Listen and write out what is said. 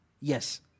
Yes